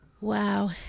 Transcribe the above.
Wow